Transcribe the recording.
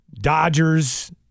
Dodgers